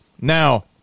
Now